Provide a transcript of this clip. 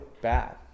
bad